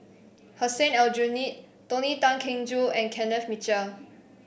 Hussein Aljunied Tony Tan Keng Joo and Kenneth Mitchell